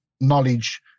knowledge